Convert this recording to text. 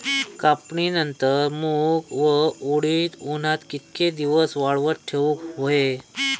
कापणीनंतर मूग व उडीद उन्हात कितके दिवस वाळवत ठेवूक व्हये?